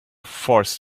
forced